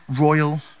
royal